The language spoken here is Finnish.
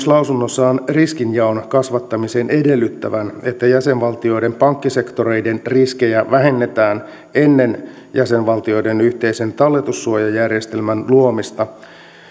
lausunnossaan myös riskinjaon kasvattamisen edellyttävän että jäsenvaltioiden pankkisektoreiden riskejä vähennetään ennen jäsenvaltioiden yhteisen talletussuojajärjestelmän luomista